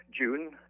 june